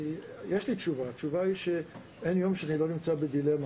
היא שאין יום שאני לא נמצא בדילמה.